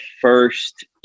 first